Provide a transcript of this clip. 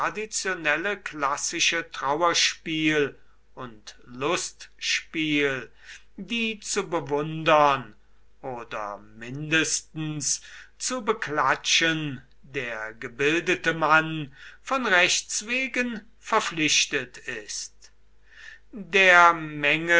klassische trauerspiel und lustspiel die zu bewundern oder mindestens zu beklatschen der gebildete mann von rechts wegen verpflichtet ist der menge